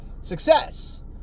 success